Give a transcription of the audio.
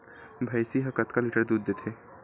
भंइसी हा कतका लीटर दूध देथे?